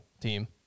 team